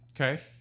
Okay